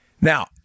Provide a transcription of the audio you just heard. Now